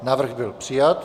Návrh byl přijat.